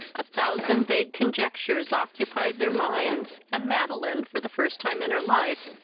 a thousand vague conjectures occupied their minds, and madeline, for the first time in her life,